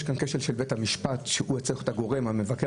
יש כאן כשל של בית המשפט שהוא היה צריך להיות הגורם המבקר,